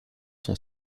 son